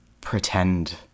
pretend